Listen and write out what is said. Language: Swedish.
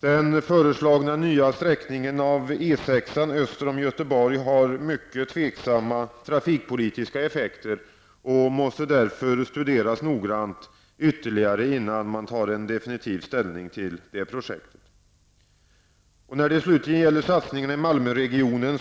Den föreslagna nya sträckningen av E6-an öster om Göteborg har mycket tveksamma trafikpolitiska effekter och måste därför ytterligare noggrant studeras innan man definitivt tar ställning till det projektet. Sedan gäller det satsningarna i Malmöregionen.